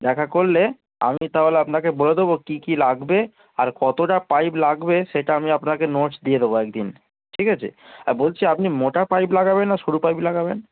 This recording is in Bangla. দেখা করলে আমি তাহলে আপনাকে বলে দেবো কী কী লাগবে আর কতটা পাইপ লাগবে সেটা আমি আপনাকে নোটস দিয়ে দেবো একদিন ঠিক আছে আর বলছি আপনি মোটা পাইপ লাগাবেন না সরু পাইপ লাগাবেন